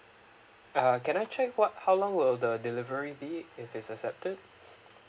uh can I check what how long will the delivery be if it's accepted